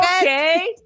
okay